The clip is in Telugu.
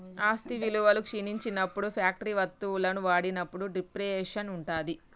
ఆస్తి విలువ క్షీణించినప్పుడు ఫ్యాక్టరీ వత్తువులను వాడినప్పుడు డిప్రిసియేషన్ ఉంటది